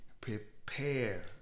prepare